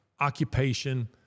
occupation